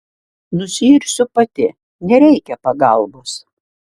nusiirsiu pati nereikia pagalbos